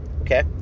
Okay